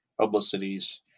publicities